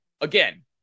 Again